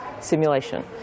simulation